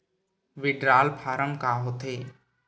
Withdrawal form का होथे?